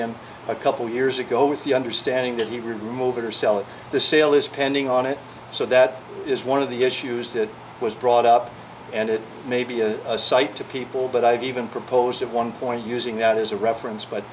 and a couple years ago with the understanding that he would remove it or sell it the sale is pending on it so that is one of the issues that was brought up and it may be a site to people but i've even proposed at one point using that as a reference but